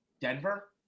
Denver